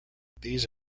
these